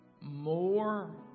more